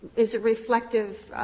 is a reflective